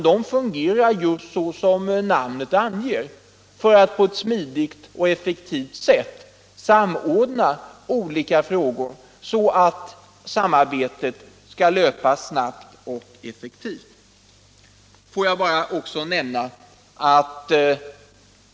De fungerar just så som namnet anger för att på ett smidigt och effektivt sätt samordna olika frågor, så att samarbetet skall löpa snabbt och effektivt.